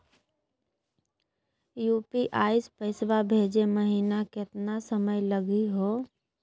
UPI स पैसवा भेजै महिना केतना समय लगही हो?